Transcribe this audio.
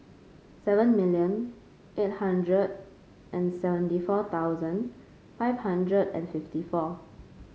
seven million eight hundred and seventy four thousand five hundred and fifty four